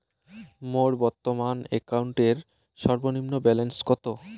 মোর বর্তমান অ্যাকাউন্টের সর্বনিম্ন ব্যালেন্স কত?